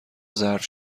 ظرف